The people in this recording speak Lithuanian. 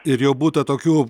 ir jau būta tokių